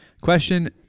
Question